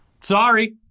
Sorry